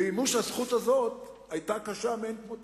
ומימוש הזכות הזאת היה קשה מאין כמוהו.